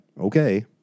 Okay